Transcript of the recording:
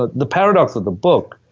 ah the paradox of the book,